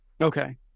Okay